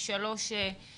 מגיל שלוש ומעלה.